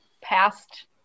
past